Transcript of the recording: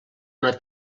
una